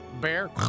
bear